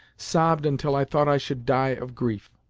sobbed until i thought i should die of grief.